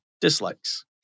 dislikes